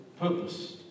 purpose